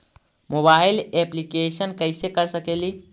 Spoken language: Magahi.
मोबाईल येपलीकेसन कैसे कर सकेली?